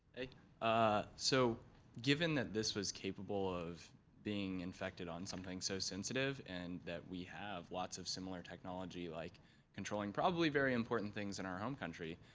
ah so given that this was capable of being infected on something so sensitive, and that we have lots of similar technology, like controlling probably very important things in our own country,